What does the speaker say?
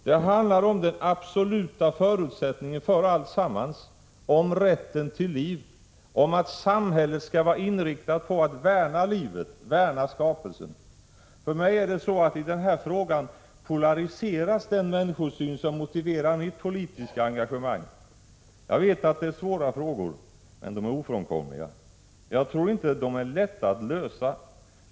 Det handlar om den absoluta förutsättningen för alltsammans, om rätten till liv, om att samhället skall vara inriktat på att värna livet, värna skapelsen. För mig är det så, att i den här frågan polariseras den människosyn som motiverar mitt politiska engagemang. Jag vet att det är svåra frågor. De är emellertid ofrånkomliga. Jag tror inte de är lätta att lösa.